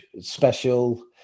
special